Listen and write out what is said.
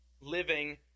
living